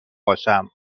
باشم